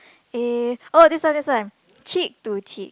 eh oh this one this one cheek to cheek